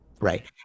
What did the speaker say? Right